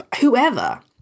whoever